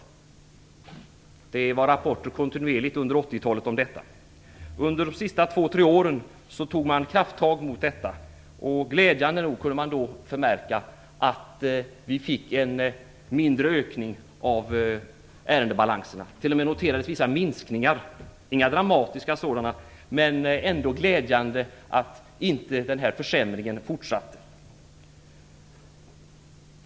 Det kom kontinuerligt rapporter under 1980-talet om detta. Under de sista två tre åren tog man krafttag mot detta. Glädjande nog kunde man då förmärka att vi fick en mindre ökning av ärendebalanserna mot förut - det t.o.m. noterades vissa minskningar. Det var inga dramatiska minskningar, men det var ändå glädjande att inte försämringen fortsatte.